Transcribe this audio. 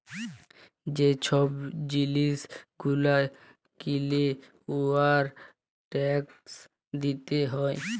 যে ছব জিলিস গুলা কিলে উয়ার ট্যাকস দিতে হ্যয়